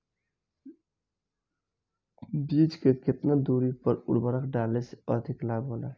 बीज के केतना दूरी पर उर्वरक डाले से अधिक लाभ होला?